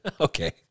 okay